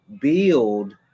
build